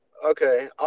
Okay